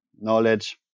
knowledge